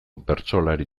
bertsolari